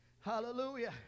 Hallelujah